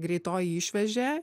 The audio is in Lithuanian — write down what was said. greitoji išvežė